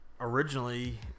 originally